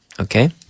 Okay